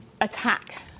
attack